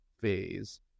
phase